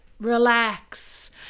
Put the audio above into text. relax